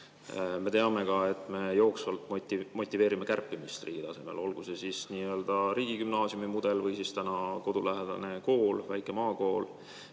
Me teame ka, et me jooksvalt motiveerime kärpimist riigi tasemel, olgu see siis nii-öelda riigigümnaasiumi mudel või siis kodulähedane kool, väike maakool.